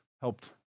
helped